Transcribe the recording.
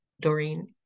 Doreen